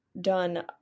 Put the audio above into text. done